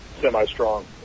semi-strong